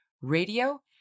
RADIO